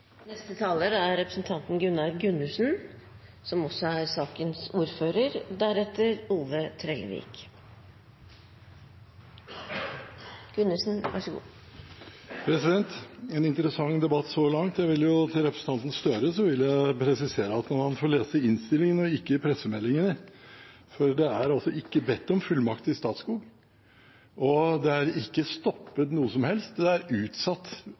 en interessant debatt så langt. Til representanten Gahr Støre vil jeg presisere at han får lese innstillingene og ikke pressemeldingene, for det er altså ikke bedt om fullmakt til Statskog, og det er ikke blitt stoppet noe som helst – det er blitt utsatt